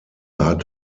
hat